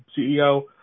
CEO